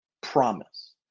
promise